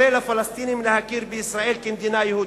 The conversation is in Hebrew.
נתניהו קורא לפלסטינים להכיר בישראל כמדינה יהודית.